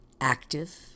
active